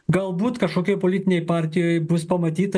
galbūt kažkokioj politinėj partijoj bus pamatyta